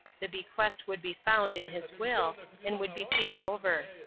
the bequest would be found in his will, and would be paid over.